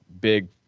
Big